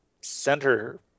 center